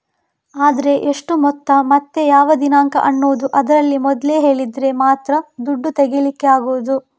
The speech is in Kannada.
ಆದ್ರೆ ಎಷ್ಟು ಮೊತ್ತ ಮತ್ತೆ ಯಾವ ದಿನಾಂಕ ಅನ್ನುದು ಅದ್ರಲ್ಲಿ ಮೊದ್ಲೇ ಹೇಳಿದ್ರೆ ಮಾತ್ರ ದುಡ್ಡು ತೆಗೀಲಿಕ್ಕೆ ಆಗುದು